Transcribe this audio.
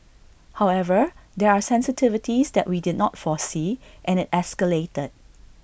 however there are sensitivities that we did not foresee and IT escalated